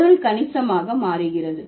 பொருள் கணிசமாக மாறுகிறது